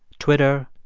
twitter,